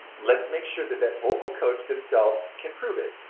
let's make sure that that vocal coach themselves can prove it,